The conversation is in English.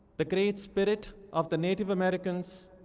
the great spirit of the native americans,